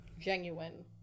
Genuine